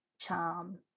charm